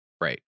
Right